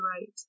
right